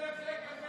80,000 שקל,